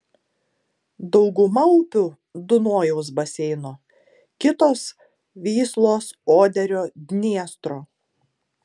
dauguma upių dunojaus baseino kitos vyslos oderio dniestro